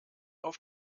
auf